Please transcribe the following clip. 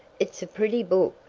it's a pretty book,